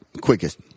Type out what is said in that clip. quickest